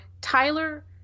Tyler